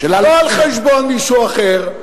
לא על חשבון מישהו אחר,